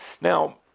now